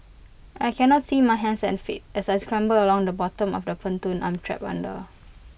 I cannot see my hands and feet as I scramble along the bottom of the pontoon I'm trapped under